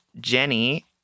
Jenny